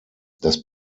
das